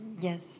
Yes